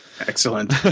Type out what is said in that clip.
Excellent